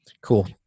cool